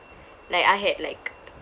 like I had like